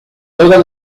todas